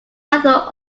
rather